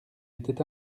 était